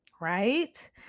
right